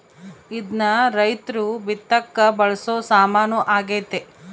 ಇದ್ನ ರೈರ್ತು ಬಿತ್ತಕ ಬಳಸೊ ಸಾಮಾನು ಆಗ್ಯತೆ